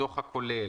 הדוח הכולל,